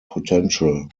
potential